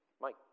Mike